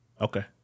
Okay